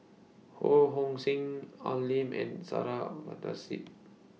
Ho Hong Sing Al Lim and Sarah